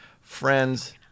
friends